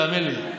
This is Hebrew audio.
תאמין לי.